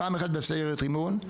פעם אחת בסיירת רימון,